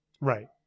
right